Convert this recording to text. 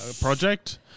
project